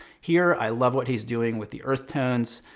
here i love what he's doing with the earth tones,